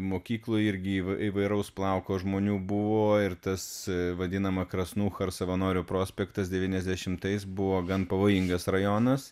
mokykloj irgi įvairaus plauko žmonių buvo ir tas vadinama krasnucha ir savanorių prospekteas devyniasdešimtais buvo gan pavojingas rajonas